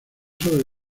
sobre